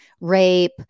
rape